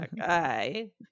okay